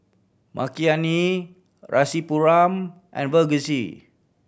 Makineni Rasipuram and Verghese